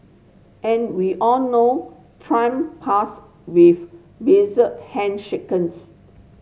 and we all know Trump past with bizarre handshakes